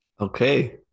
Okay